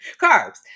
carbs